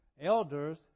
elders